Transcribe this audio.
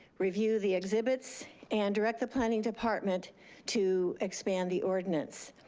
review the exhibits and direct the planning department to expand the ordinance.